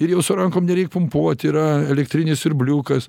ir jau su rankom nereik pumpuot yra elektrinis siurbliukas